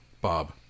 Bob